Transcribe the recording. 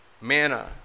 manna